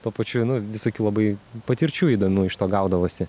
tuo pačiu nu visokių labai patirčių įdomių iš to gaudavosi